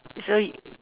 so